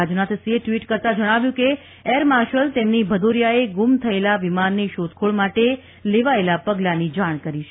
રાજનાથસિંહે ટ્વીટમાં કરતાં જણાવ્યું કે એર માર્શલ તેમની ભદોરિયાએ ગૃમ થયેલા વિમાનની શોધખોળ માટે લેવાયેલાં પગલાંની જાણ કરી છે